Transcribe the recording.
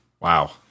Wow